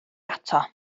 ato